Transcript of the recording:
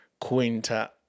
Quinta